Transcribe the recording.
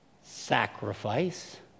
sacrifice